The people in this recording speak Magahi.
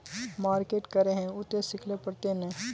मार्केट करे है उ ते सिखले पड़ते नय?